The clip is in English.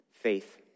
faith